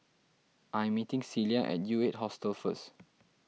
I'm meeting Celia at U eight Hostel first